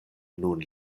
nun